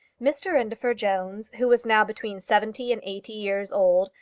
mr indefer jones, who was now between seventy and eighty years old,